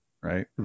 right